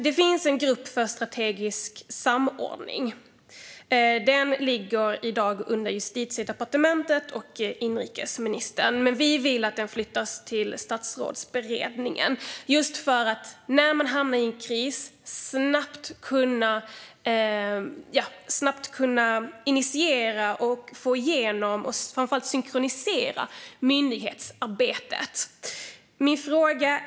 Det finns en grupp för strategisk samordning som i dag ligger under Justitiedepartementet och inrikesministern, men vi vill att den flyttas till Statsrådsberedningen. När man hamnar i en kris måste man snabbt kunna initiera, få igenom och framför allt synkronisera myndighetsarbetet.